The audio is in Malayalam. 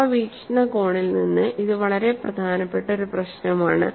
ആ വീക്ഷണകോണിൽ നിന്ന് ഇത് വളരെ പ്രധാനപ്പെട്ട ഒരു പ്രശ്നമാണ്